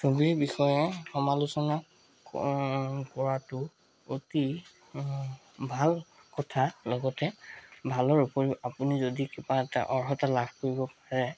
ছবি বিষয়ে সমালোচনা কৰাটো অতি ভাল কথা লগতে ভালৰ ওপৰত আপুনি যদি কিবা অৰ্হতা লাভ কৰিব পাৰে